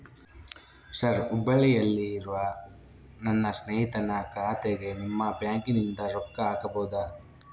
Sir ಹುಬ್ಬಳ್ಳಿಯಲ್ಲಿ ಇರುವ ನನ್ನ ಸ್ನೇಹಿತನ ಖಾತೆಗೆ ನಿಮ್ಮ ಬ್ಯಾಂಕಿನಿಂದ ರೊಕ್ಕ ಹಾಕಬಹುದಾ?